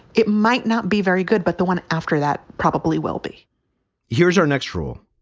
it might not be very good, but the one after that, probably wellby here's our next rule.